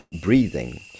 breathing